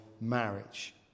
marriage